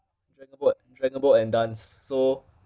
dragonboat dragonboat and dance so